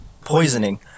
Poisoning